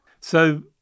So-